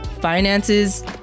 Finances